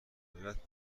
ندرت